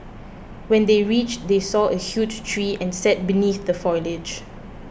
when they reached they saw a huge tree and set beneath the foliage